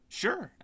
sure